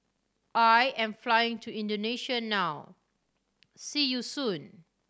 I am flying to Indonesia now see you soon